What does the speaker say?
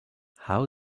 how